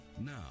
now